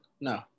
No